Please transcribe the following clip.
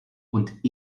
und